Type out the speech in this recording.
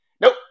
Nope